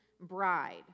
bride